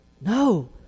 No